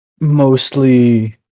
mostly